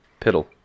Piddle